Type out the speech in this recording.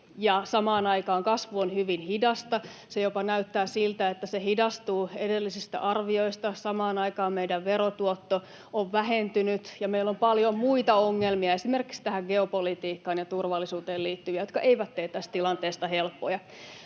samaan aikaan kasvu on hyvin hidasta —, jopa näyttää siltä, että se hidastuu edellisistä arvioista. Samaan aikaan meidän verotuotto on vähentynyt [Antti Kurvinen: Mitä aiotte asialle?] ja meillä on paljon muita ongelmia, esimerkiksi geopolitiikkaan ja turvallisuuteen liittyviä, jotka eivät tee tästä tilanteesta helppoa.